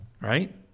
right